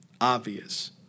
obvious